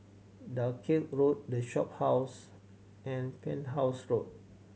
Dalkeith Road The Shophouse and Penhas Road